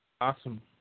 Awesome